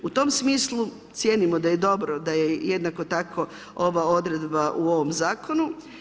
U tom smislu cijenimo da je dobro, da je jednako tako ova odredba u ovom zakonu.